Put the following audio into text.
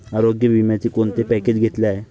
आरोग्य विम्याचे कोणते पॅकेज घेतले आहे?